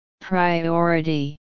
Priority